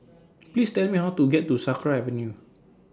Please Tell Me How to get to Sakra Avenue